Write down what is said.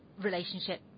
relationship